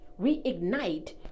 reignite